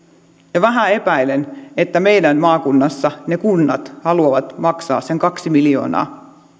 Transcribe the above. ja vähän epäilen että meidän maakunnassa kunnat haluavat maksaa sen kaksi miljoonaa